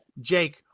jake